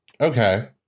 Okay